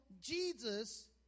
Jesus